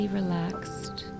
relaxed